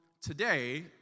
today